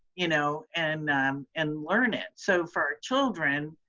you know and um and learn it so for children,